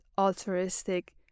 altruistic